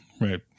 Right